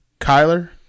Kyler